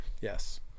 Yes